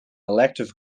elective